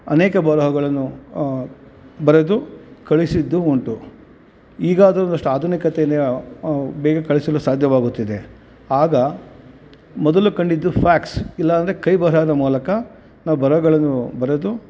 ಅನೇಕ ಬರಹಗಳನ್ನು ಬರೆದು ಕಳಿಸಿದ್ದೂ ಉಂಟು ಈಗ ಅದ್ರದಷ್ಟು ಆಧುನಿಕತೆನೇ ಬೇಗ ಕಳಿಸಲು ಸಾಧ್ಯವಾಗುತ್ತಿದೆ ಆಗ ಮೊದಲು ಕಂಡಿದ್ದು ಫ್ಯಾಕ್ಸ್ ಇಲ್ಲಾಂದರೆ ಕೈ ಬರಹದ ಮೂಲಕ ನಾವು ಬರಹಗಳನ್ನು ಬರೆದು